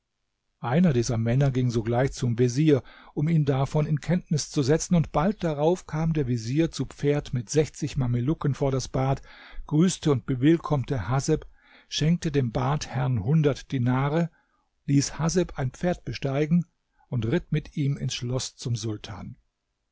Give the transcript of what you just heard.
einer dieser männer ging sogleich zum vezier um ihn davon in kenntnis zu setzen und bald darauf kam der vezier zu pferd mit sechzig mamelucken vor das bad grüßte und bewillkommte haseb schenkte dem badherrn hundert dinare ließ haseb ein pferd besteigen und ritt mit ihm ins schloß zum sultan